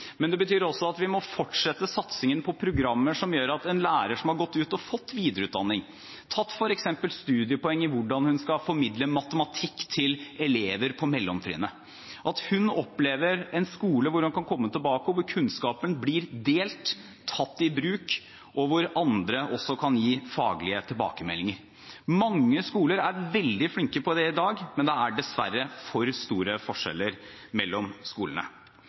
Men det betyr også at vi må fortsette satsingen på programmer som gjør at en lærer som har tatt videreutdanning, f.eks. tatt studiepoeng i hvordan man skal formidle matematikk til elever på mellomtrinnet, opplever en skole hvor man kan komme tilbake, hvor kunnskapen blir delt – tatt i bruk – og hvor andre kan gi faglige tilbakemeldinger. Mange skoler er veldig flinke til dette i dag, men det er dessverre for store forskjeller mellom skolene.